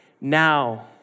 Now